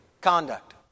conduct